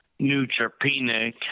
neutropenic